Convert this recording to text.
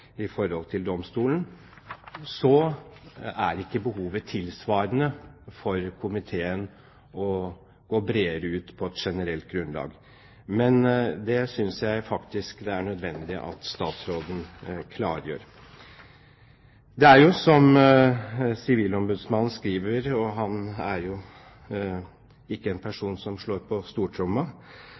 i forhold til domstolen, så har ikke komiteen et tilsvarende behov for å gå bredere ut på et generelt grunnlag. Men det synes jeg faktisk det er nødvendig at statsråden klargjør. Sivilombudsmannen skriver – og han er jo ikke en person som slår på stortromma